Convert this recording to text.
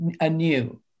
anew